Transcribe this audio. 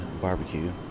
barbecue